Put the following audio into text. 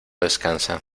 descansa